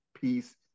peace